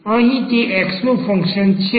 અહીં તે x નું ફંક્શન છે